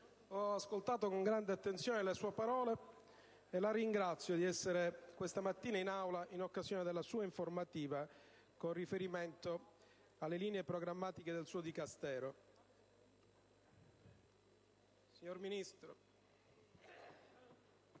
ho ascoltato con grande attenzione le sue parole e la ringrazio di essere questa mattina in Aula in occasione della sua informativa con riferimento alle linee programmatiche del suo Dicastero.